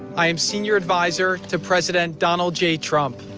i am senior adviser to president donald j. trump.